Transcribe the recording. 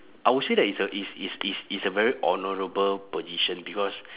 I would say that it's a it's it's it's it's a very honourable position because